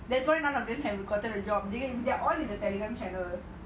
that's why none of them have gotten the job they are all in the telegram channel